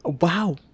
Wow